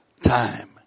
time